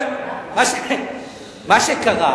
מה שקרה,